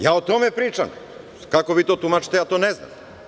Ja o tome pričam, a kako vi to tumačite, ja to ne znam.